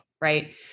right